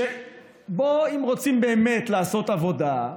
שאם רוצים באמת לעשות עבודה,